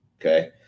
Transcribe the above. okay